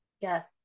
yes